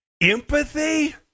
Empathy